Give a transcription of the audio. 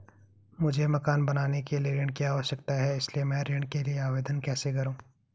मुझे मकान बनाने के लिए ऋण की आवश्यकता है इसलिए मैं ऋण के लिए आवेदन कैसे करूं?